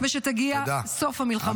ושיגיע סוף המלחמה.